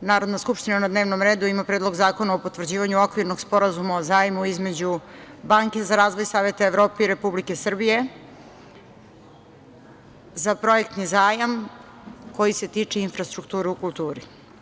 Narodna skupština na dnevnom redu ima Predlog zakona o potvrđivanju Okvirnog sporazuma o zajmu između Banke za razvoj Saveta Evrope i Republike Srbije za projektni zajam koji se tiče infrastrukture u kulturi.